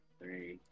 three